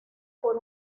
por